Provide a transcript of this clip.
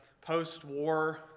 post-war